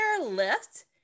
lift